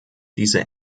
diese